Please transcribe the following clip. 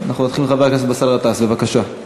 אנחנו נתחיל עם חבר הכנסת באסל גטאס, בבקשה.